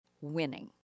winning